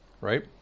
right